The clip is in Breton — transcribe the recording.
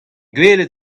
gwelet